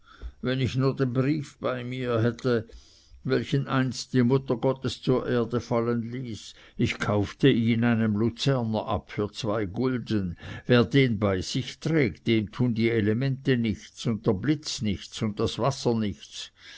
wenn ich nur den brief bei mir hätte welchen einst die mutter gottes zur erde fallen ließ ich kaufte ihn einem luzerner ab für zwei gulden wer den bei sich trägt dem tun die elemente nichts und der blitz nichts und das wasser nichts